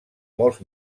molts